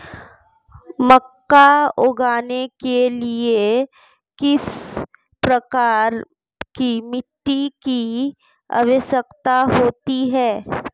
मक्का उगाने के लिए किस प्रकार की मिट्टी की आवश्यकता होती है?